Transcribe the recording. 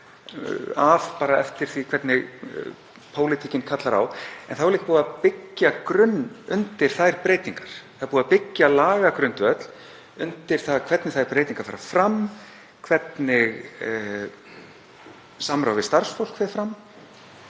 þau af eftir því hvernig pólitíkin kallar á, en þá er líka búið að byggja grunn undir þær breytingar. Það er búið að byggja lagagrundvöll undir það hvernig þær breytingar fara fram, hvernig samráð við starfsfólk fer fram,